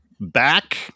back